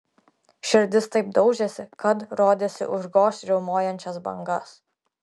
širdis taip daužėsi kad rodėsi užgoš riaumojančias bangas